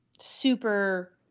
super